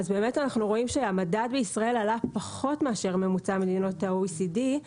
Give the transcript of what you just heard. באמת אנחנו רואים שהמדד בישראל עלה פחות מאשר ממוצע מדינות ה-OECD,